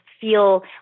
feel